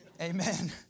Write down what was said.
Amen